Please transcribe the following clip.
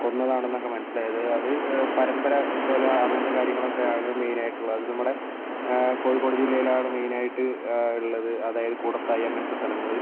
കൊന്നതാണെന്നൊക്കെ മനസ്സിലായത് അത് പരമ്പര കൊല അങ്ങനത്തെ കാര്യങ്ങളൊക്കെയാണ് മെയിനായിട്ടുള്ളത് അത് നമ്മുടെ കോഴിക്കോട് ജില്ലയിലാണ് മെയിനായിട്ട് ഉള്ളത് അതായത് കൂടത്തായി അങ്ങനത്തെ സ്ഥലങ്ങൾ